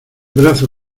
brazo